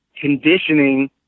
conditioning